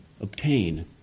obtain